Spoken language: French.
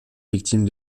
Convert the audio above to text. victimes